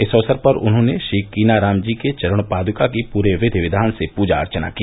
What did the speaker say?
इस अवसर पर उन्होंने श्रीकीनाराम जी के चरण पादुका की पूरे विधि विद्यान से पूजा अर्चना की